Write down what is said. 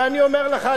ואני אומר לך,